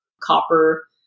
copper